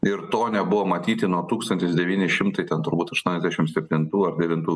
ir to nebuvo matyti nuo tūkstantis devyni šimtai ten turbūt aštuoniasdešim septintų ar devintų